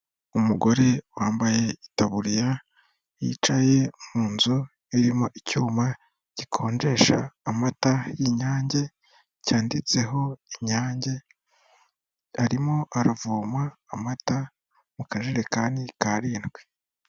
Umugore wambaye itaburiya yicaye mu nzu irimo icyuma gikonjesha amata y'Inyange cyanditseho Inyange, arimo aravoma amata mu kajerekani k'arindwi